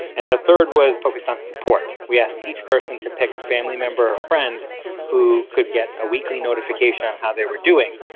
and the third focused on support. we asked each person to pick a family member or friend who could get a weekly notification on how they were doing,